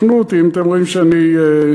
תקנו אותי אם אתם רואים שאני טועה.